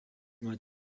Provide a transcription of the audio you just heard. mať